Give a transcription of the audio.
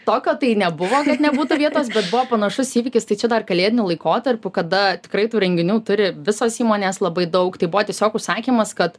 tokio tai nebuvo kad nebūtų vietos bet buvo panašus įvykis tai čia dar kalėdiniu laikotarpiu kada tikrai tų renginių turi visos įmonės labai daug tai buvo tiesiog užsakymas kad